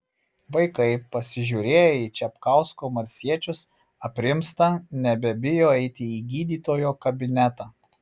vaikai pasižiūrėję į čepkausko marsiečius aprimsta nebebijo eiti į gydytojo kabinetą